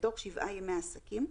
בתוך שבעה ימי עסקים,